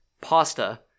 pasta